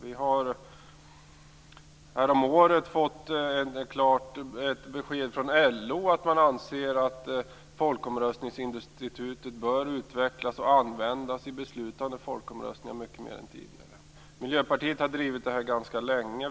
Vi har härom året fått ett besked av LO att man där anser att folkomröstningsinstitutet bör utvecklas och användas i beslutande folkomröstningar mycket mer än tidigare. Miljöpartiet har drivit det här ganska länge.